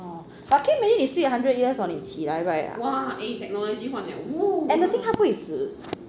orh but can you imagine you sleep for hundred years 你起来 right and the thing 她不会死